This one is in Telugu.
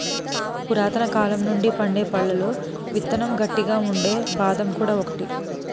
పురాతనకాలం నుండి పండే పళ్లలో విత్తనం గట్టిగా ఉండే బాదం కూడా ఒకటి